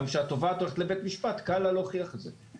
כאשר התובעת הולכת לבית המשפט קל לה להוכיח את זה.